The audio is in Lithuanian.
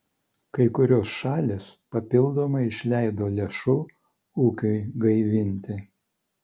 kai kurios šalys papildomai išleido lėšų ūkiui gaivinti